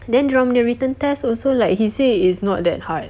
then dia orang punya written test also like he say is not that hard